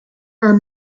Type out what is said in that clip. are